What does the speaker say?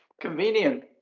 Convenient